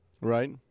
Right